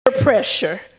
pressure